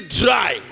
dry